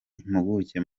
impuguke